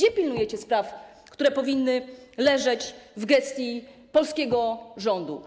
Jak pilnujecie spraw, które powinny leżeć w gestii polskiego rządu?